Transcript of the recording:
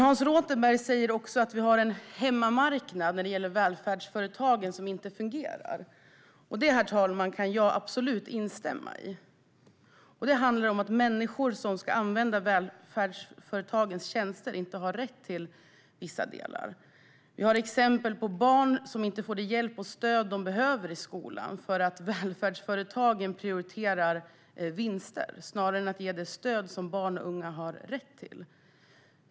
Hans Rothenberg säger också att vi har en hemmamarknad när det gäller välfärdsföretag som inte fungerar. Det kan jag absolut instämma i, herr talman. Det handlar om att människor som ska använda välfärdsföretagens tjänster inte har rätt till vissa delar. Vi har exempel på barn som inte får den hjälp och det stöd som de behöver i skolan därför att välfärdsföretagen prioriterar vinster snarare än att ge det stöd som barn och ungdomar har rätt till.